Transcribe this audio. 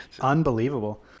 unbelievable